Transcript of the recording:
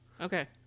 okay